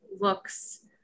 looks